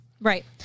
Right